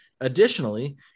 Additionally